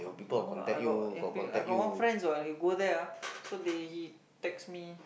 no lah I got yeah I play I got one friend what he go there ah so they he text me